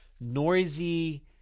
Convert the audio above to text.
noisy